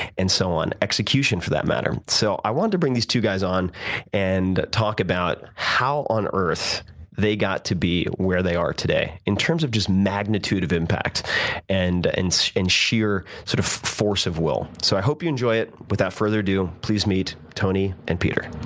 and so on execution for that matter. so i wanted to bring these two guys on and talk about how on earth they got to be where they are today, in terms of just magnitude of impact and and sheer sort of force of will. so i hope you enjoy it. without further ado, please meet tony and peter.